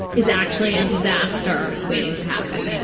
is actually a disaster waiting to happen?